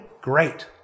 Great